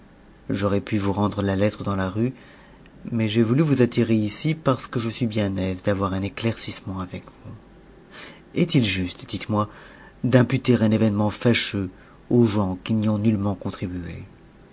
j'aurais pu vous rendre la lettre dans la rue mais j'ai voulu vous attirer ici parce que je suis bien aise d'avoir un éclaircissen nt avec vous est-il juste dites-moi d'imputer un événement fâcheux aux gens qui n'y ont nullement contribué